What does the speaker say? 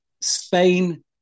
Spain